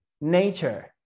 nature